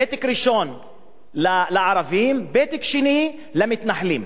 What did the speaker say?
פתק ראשון לערבים, פתק שני למתנחלים,